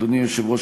אדוני היושב-ראש,